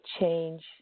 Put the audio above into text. change